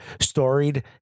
storied